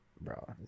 Bro